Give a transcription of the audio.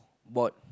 board